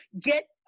get